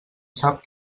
sap